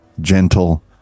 gentle